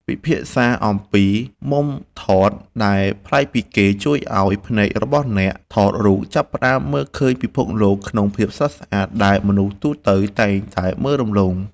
ពិភាក្សាអំពីមុំថតដែលប្លែកពីគេជួយឱ្យភ្នែករបស់អ្នកថតរូបចាប់ផ្តើមមើលឃើញពិភពលោកក្នុងភាពស្រស់ស្អាតដែលមនុស្សទូទៅតែងតែមើលរំលង។